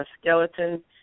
skeleton